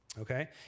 okay